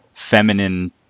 feminine